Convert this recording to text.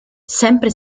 sempre